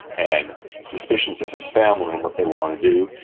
and suspicions of his family and what they want to do,